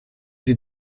sie